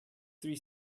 three